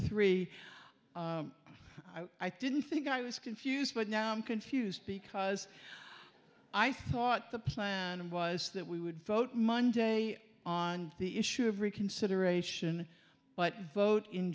three i didn't think i was confused but now i'm confused because i thought the plan was that we would vote monday on the issue of reconsideration but vote in